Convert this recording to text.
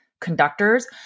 conductors